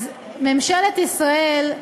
אז ממשלת ישראל,